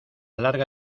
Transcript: larga